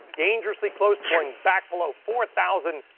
dangerously close to going back below four thousand.